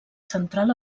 central